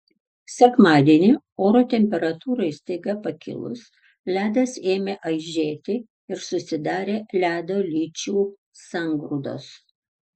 sekmadienį oro temperatūrai staiga pakilus ledas ėmė aižėti ir susidarė ledo lyčių sangrūdos